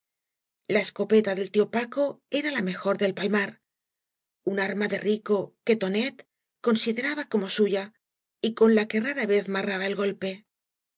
la escopeta del lio paco era la mejor del palmar ud arma de rico que tonet consideraba como suya y cod it que rara vez marraba el golpe